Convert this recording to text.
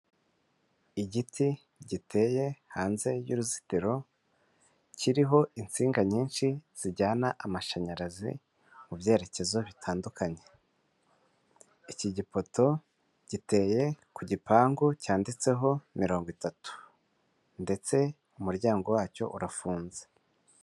Igiti giteye hanze y'uruzitiro kiriho insinga nyinshi zijyana amashanyarazi mu byerekezo bitandukanye. Iki gipoto giteye ku gipangu cyanditseho mirongo itatu ndetse umuryango wacyo urafunze.